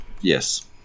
Yes